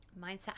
mindset